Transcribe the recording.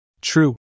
True